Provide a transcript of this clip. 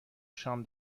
شام